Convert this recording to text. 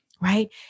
right